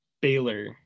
Baylor